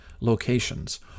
locations